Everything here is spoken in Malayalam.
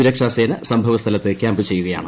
സുരക്ഷാ സേന സംഭവസ്ഥലത്ത് ക്യാമ്പ് ചെയ്യുകയാണ്